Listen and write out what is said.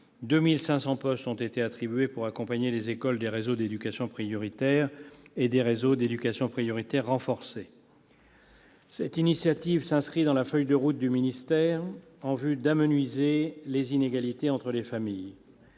2 500 postes ont été attribués pour accompagner les écoles des réseaux d'éducation prioritaire et des réseaux d'éducation prioritaire renforcés. Cette initiative s'inscrit dans la feuille de route du ministère en vue de réduire les inégalités entre les familles.